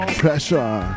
pressure